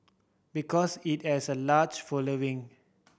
because it has a large following